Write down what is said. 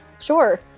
Sure